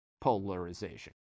polarization